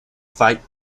fight